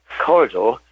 corridor